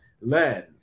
learn